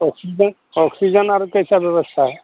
oxygen oxygen और कैसी व्यवस्था है